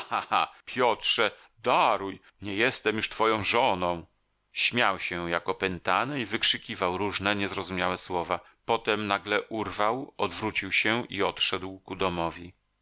cha piotrze daruj nie jestem już twoją żoną śmiał się jak opętany i wykrzykiwał różne niezrozumiałe słowa potem nagle urwał odwrócił się i odszedł ku domowi